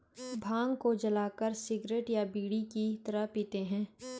भांग को जलाकर सिगरेट या बीड़ी की तरह पीते हैं